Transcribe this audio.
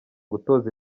gutoza